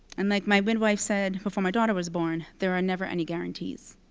and like my midwife said before my daughter was born, there are never any guarantees,